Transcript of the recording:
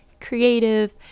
creative